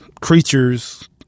creatures